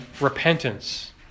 repentance